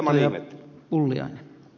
hieman ihmettelen